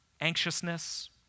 anxiousness